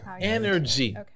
energy